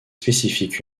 spécifiques